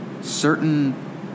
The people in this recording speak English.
certain